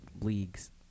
leagues